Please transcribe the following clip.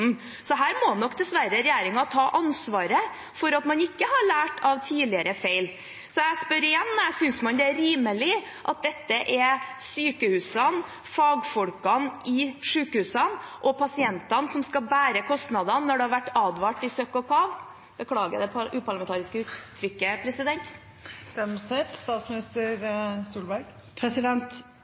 Så her må nok regjeringen dessverre ta ansvaret for at man ikke har lært av tidligere feil. Jeg spør igjen: Synes man det er rimelig at det er sykehusene, fagfolkene på sykehusene og pasientene som skal bære kostnadene når det har vært advart i søkk og kav? Beklager det uparlamentariske uttrykket,